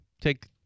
take